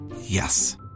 Yes